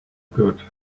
good